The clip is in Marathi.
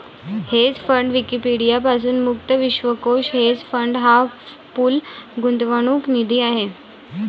हेज फंड विकिपीडिया पासून मुक्त विश्वकोश हेज फंड हा पूल गुंतवणूक निधी आहे